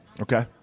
Okay